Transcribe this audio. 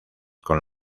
con